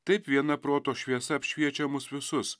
taip viena proto šviesa apšviečia mus visus